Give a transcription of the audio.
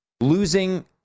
Losing